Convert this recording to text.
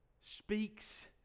speaks